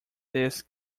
this